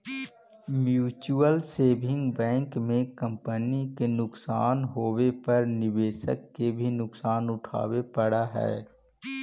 mutual saving bank में company के नुकसान होवे पर निवेशक के भी नुकसान उठावे पड़ऽ हइ